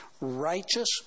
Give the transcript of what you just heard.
righteous